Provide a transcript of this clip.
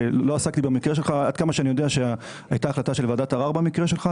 יודע וזוכר, הייתה החלטה של ועדת ערר במקרה שלך.